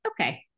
okay